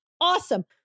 Awesome